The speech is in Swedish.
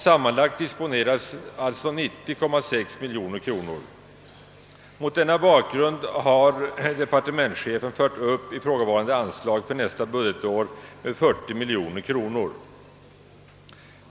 Sammanlagt disponeras alltså 90,6 miljoner kronor. Mot denna bakgrund har departementschefen fört upp ifrågavarande anslag för nästa budgetår med 40 miljoner kronor.